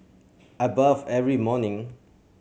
I bathe every morning